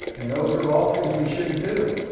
and those are all things we shouldn't do.